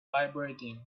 vibrating